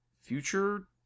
future